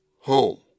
home